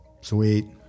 sweet